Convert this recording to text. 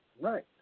Right